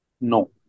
No